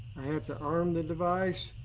i have to arm the device.